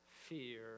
fear